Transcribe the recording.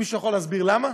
מישהו יכול להסביר למה?